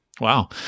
Wow